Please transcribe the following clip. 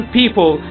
people